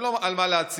אין לו על מה להצהיר,